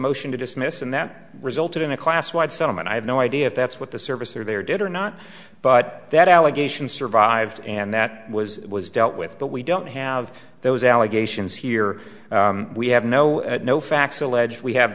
motion to dismiss and that resulted in a class wide settlement i have no idea if that's what the service or their did or not but that allegation survived and that was it was dealt with but we don't have those allegations here we have no no facts alleged we have